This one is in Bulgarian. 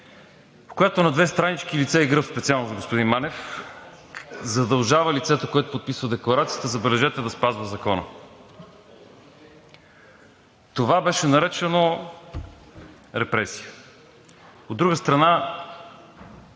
в която на две странички – лице и гръб, специално за господин Манев, задължава лицето, което подписва декларацията, забележете, да спазва закона. Това беше наречено репресия. От друга страна,